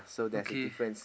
okay